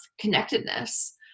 connectedness